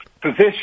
position